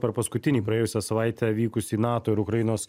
per paskutinį praėjusią savaitę vykusį nato ir ukrainos